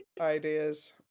ideas